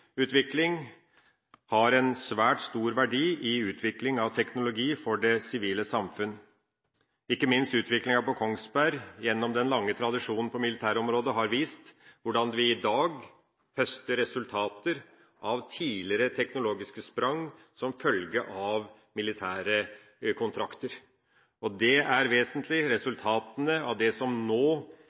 utvikling av teknologi for det sivile samfunn. Ikke minst utviklinga på Kongsberg, gjennom den lange tradisjonen på militærområdet, har vist hvordan vi i dag høster resultater av tidligere teknologiske sprang som følge av militære kontrakter. Det er vesentlig: Resultatene av det som nå